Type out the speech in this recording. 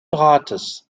rates